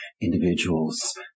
individuals